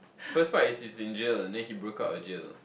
first part is is in deal then he broke up a deal